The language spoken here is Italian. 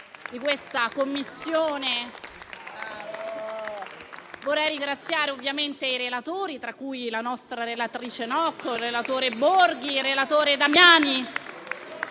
Vorrei ringraziare ovviamente i relatori, tra cui la nostra senatrice Nocco, il relatore Borghi e il relatore Damiani,